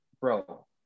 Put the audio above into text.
bro